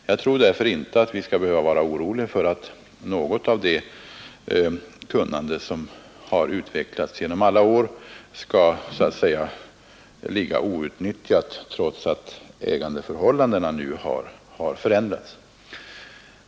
Därför tror jag inte att vi skall behöva vara oroliga för att något av det kunnande som förvärvats där under årens lopp så att säga får ligga outnyttjat därför att ägandeförhållandena nu har ändrats.